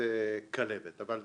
טוב,